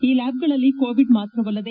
ಈ ಲ್ಯಾಬ್ಗಳಲ್ಲಿ ಕೋವಿಡ್ ಮಾತ್ರವಲ್ಲದೆ